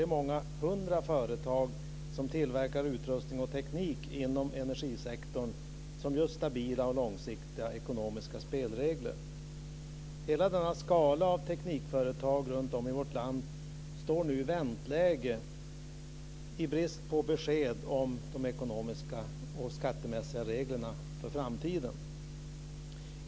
Det är många hundra företag som tillverkar utrustning och teknik inom energisektorn som ger oss stabila och långsiktiga ekonomiska spelregler. Hela denna skala av teknikföretag runtom i vårt land står i vänteläge i brist på besked om de ekonomiska och skattemässiga reglerna för framtiden.